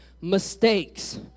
mistakes